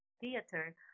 theater